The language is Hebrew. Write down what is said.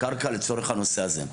קרקע לצורך הנושא הזה.